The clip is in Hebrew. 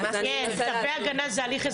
אני אנסה להסביר.